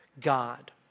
God